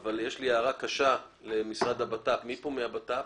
אבל יש לי הערה קשה למשרד לביטחון פנים ולמשטרה